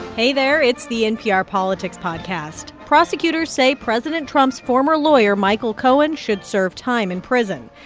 hey there. it's the npr politics podcast. prosecutors say president trump's former lawyer michael cohen should serve time in prison.